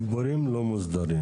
"חיבורים לא מוסדרים",